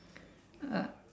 uh